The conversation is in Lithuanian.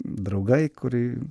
draugai kurį